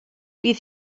bydd